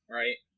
right